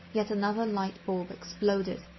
yet another light bulb exploded,